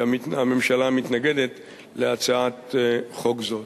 שהממשלה מתנגדת להצעת חוק זו.